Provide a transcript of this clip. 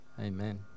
amen